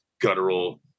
guttural